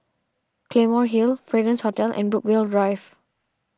Claymore Hill Fragrance Hotel and Brookvale Drive